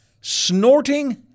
snorting